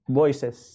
voices